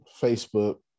Facebook